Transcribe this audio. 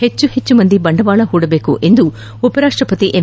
ಹೆಚ್ಚು ಹೆಚ್ಚು ಮಂದಿ ಬಂಡವಾಳ ಹೂಡಬೇಕು ಎಂದು ಉಪ ರಾಷ್ಟವತಿ ಎಂ